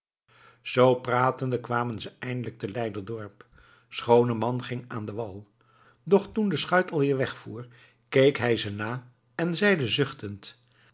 zoo pratende kwamen ze eindelijk te leiderdorp schooneman ging aan den wal doch toen de schuit alweer wegvoer keek hij ze na en zeide zuchtend